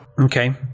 Okay